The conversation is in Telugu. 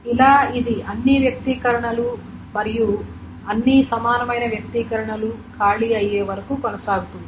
ఇలా ఇది అన్ని వ్యక్తీకరణలు మరియు అన్ని సమానమైన వ్యక్తీకరణలు ఖాళీ అయ్యేవరకు కొనసాగుతుంది